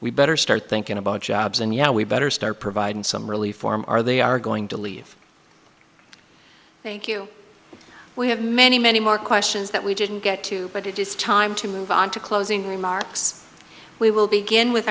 we better start thinking about jobs and yeah we better start providing some relief form are they are going to leave thank you we have many many more questions that we didn't get to but it is time to move on to closing remarks we will begin with